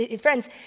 friends